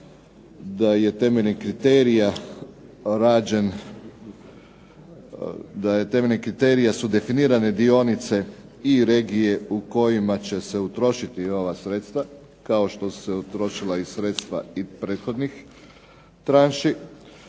da su temeljem kriterija definirane dionice i regije u kojima će se utrošiti ova sredstva, kao što su se utrošila sredstva i prethodnih tranši.